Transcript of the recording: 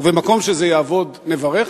ובמקום שזה יעבוד נברך,